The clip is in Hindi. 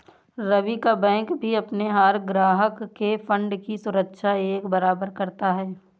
रवि का बैंक भी अपने हर ग्राहक के फण्ड की सुरक्षा एक बराबर करता है